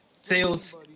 Sales